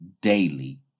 daily